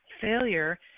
failure